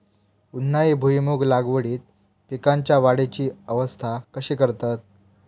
उन्हाळी भुईमूग लागवडीत पीकांच्या वाढीची अवस्था कशी करतत?